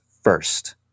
first